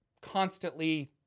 constantly